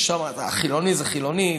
ששם חילוני זה חילוני,